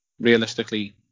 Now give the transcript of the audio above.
realistically